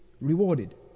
rewarded